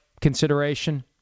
consideration